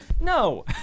No